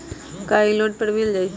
का इ लोन पर मिल जाइ?